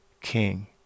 King